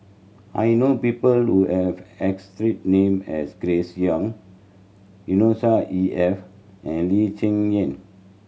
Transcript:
I know people who have name as Grace Young Yusnor E F and Lee Cheng Yan